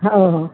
हो हो